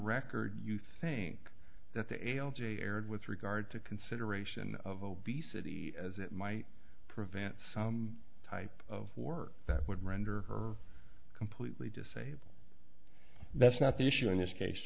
record you think that the l g erred with regard to consideration of obesity as it might prevent type of work that would render her completely disabled that's not the issue in this case